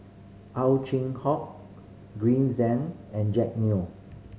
Ow Chin Hock Green Zeng and Jack Neo